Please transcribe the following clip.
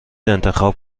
انتخاب